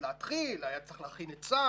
היה צריך להכין את צה"ל,